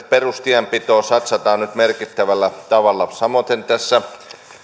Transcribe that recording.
perustienpitoon satsataan nyt merkittävällä tavalla samoiten tässä